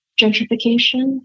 gentrification